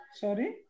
Sorry